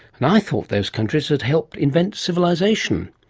and i thought those countries had helped invent civilisation.